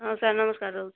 ହଁ ସାର୍ ନମସ୍କାର ରହୁଛି